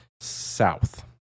south